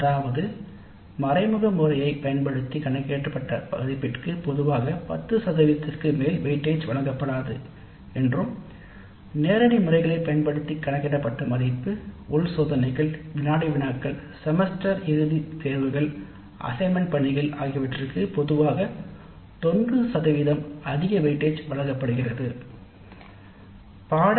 அதாவது மறைமுக முறையைப் பயன்படுத்தி கணக்கிடப்பட்ட மதிப்பு பொதுவாக 10 சதவீதத்திற்கு மேல் வெயிட்டேஜ் வழங்கப்படாது நேரடி முறைகளைப் பயன்படுத்தி கணக்கிடப்பட்ட மதிப்பு உள் சோதனைகள் வினாடி வினாக்கள்செமஸ்டர் இறுதி தேர்வுகள் பணிகள் அதற்கு அதிக வெயிட்டேஜ் வழங்கப்படுகிறது பொதுவாக 90